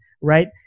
right